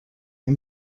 این